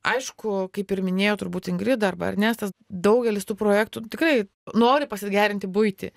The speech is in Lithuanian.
aišku kaip ir minėjo turbūt ingrida arba ernestas daugelis tų projektų tikrai nori pasigerinti buitį